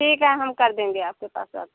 ठीक है हम कर देंगे आपके पास अब